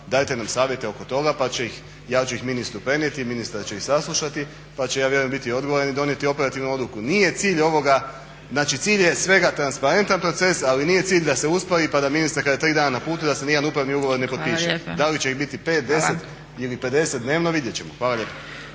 dajte nam savjete oko toga pa ću ih ja ministru prenijeti, ministar će ih saslušati pa će ja vjerujem biti … /Govornik prebrzo govori, ne razumije se./ … odluku. Nije cilj ovoga, znači cilj je svega transparentan proces ali nije cilj da se uspori pa da ministar kada je tri dana na putu da se nijedan upravni ugovor ne potpiše. Da li će ih biti 5, 10 ili 50 dnevno, vidjet ćemo. **Zgrebec,